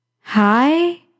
hi